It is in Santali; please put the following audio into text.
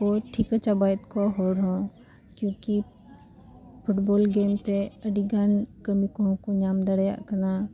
ᱠᱚ ᱴᱷᱤᱠᱟᱹ ᱪᱟᱵᱟᱭᱮᱫ ᱠᱚᱣᱟ ᱦᱚᱲ ᱦᱚᱸ ᱠᱤᱭᱩᱠᱤ ᱯᱷᱩᱴᱵᱚᱞ ᱜᱮᱢᱛᱮ ᱟᱹᱰᱤᱜᱟᱱ ᱠᱟᱹᱢᱤ ᱠᱚᱦᱚᱸ ᱠᱚ ᱧᱟᱢ ᱫᱟᱲᱮᱭᱟᱜ ᱠᱟᱱᱟ